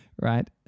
right